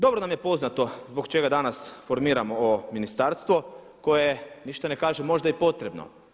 Dobro nam je poznato zbog čega danas formiramo ovo ministarstvo koje ništa ne kažem, možda je i potrebno.